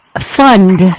fund